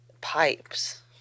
pipes